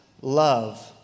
love